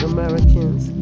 Americans